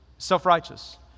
self-righteous